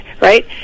Right